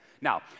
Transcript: Now